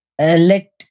let